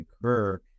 occur